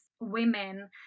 women